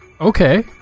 okay